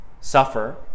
suffer